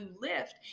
lift